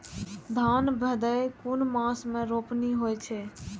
धान भदेय कुन मास में रोपनी होय छै?